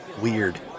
weird